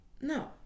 no